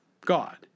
God